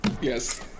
Yes